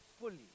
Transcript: fully